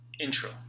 Intro